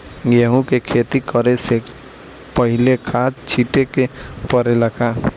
गेहू के खेती करे से पहिले खाद छिटे के परेला का?